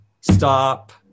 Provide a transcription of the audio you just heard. stop